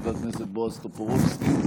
חבר הכנסת בועז טופורובסקי,